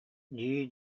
дии